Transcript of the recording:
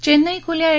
चेन्नई खुल्या ए